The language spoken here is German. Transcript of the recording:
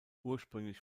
ursprünglich